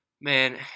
Man